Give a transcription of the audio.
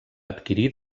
adquirir